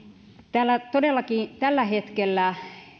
täällä todellakin tällä hetkellä